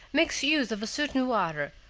makes use of a certain water,